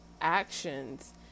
actions